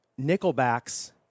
Nickelback's